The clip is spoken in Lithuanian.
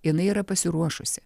jinai yra pasiruošusi